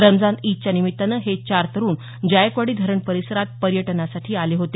रमझान ईदच्या निमित्तानं हे चार तरूण जायकवाडी धरण परिसरात पर्यटनासाठी आले होते